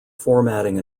formatting